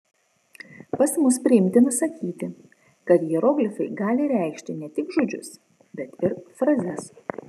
pas mus priimtina sakyti kad hieroglifai gali reikšti ne tik žodžius bet ir frazes